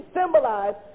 symbolize